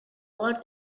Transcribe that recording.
world